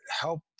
help